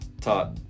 taught